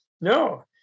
no